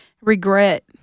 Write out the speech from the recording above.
regret